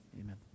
Amen